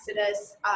exodus